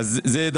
גם